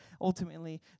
ultimately